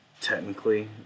Technically